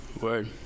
Word